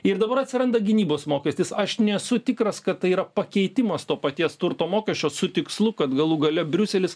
ir dabar atsiranda gynybos mokestis aš nesu tikras kad tai yra pakeitimas to paties turto mokesčio su tikslu kad galų gale briuselis